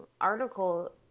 article